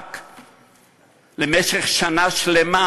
במשואות-יצחק למשך שנה שלמה,